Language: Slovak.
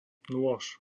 nôž